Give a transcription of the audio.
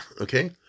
Okay